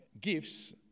gifts